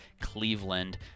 Cleveland